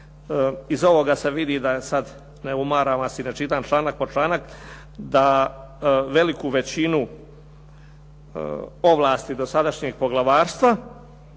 Iz ovoga se vidi, da sad ne umaram vas i ne čitam članak po članak, da veliku većinu ovlasti dosadašnjeg poglavarstva